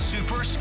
Super